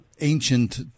ancient